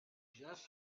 just